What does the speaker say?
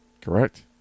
Correct